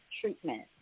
Treatment